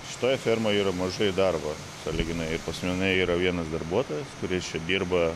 šitoje fermoj yra mažai darbo sąlyginai ir pas mane yra vienas darbuotojas kuris čia dirba